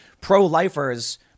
pro-lifers—